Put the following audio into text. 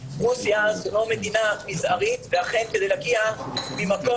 רוסיה זו לא מדינה מזערית ואכן כדי להגיע ממקום